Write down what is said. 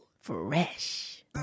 Fresh